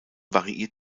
variiert